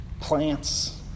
plants